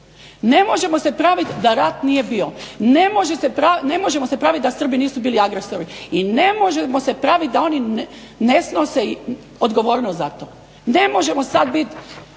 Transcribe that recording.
Ne možemo se praviti da rat nije bio, ne možemo se praviti da Srbi nisu bili agresori i ne možemo se praviti da oni ne snose odgovornost za to. Ne možemo sad biti,